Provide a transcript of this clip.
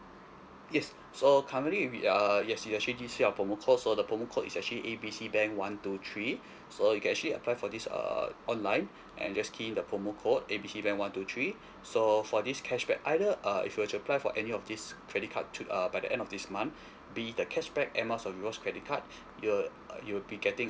yes so currently we are yes we actually give you a promo code so the promo code is actually A B C bank one two three so you can actually apply for this err online and just key in the promo code A B C bank one two three so for this cashback either uh if you were to apply for any of this credit card to um by the end of this month be it the cashback air miles or reward credit card you're you will be getting